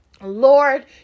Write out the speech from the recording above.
Lord